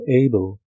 able